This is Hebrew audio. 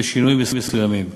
בשינויים מסוימים.